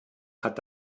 hat